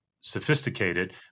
sophisticated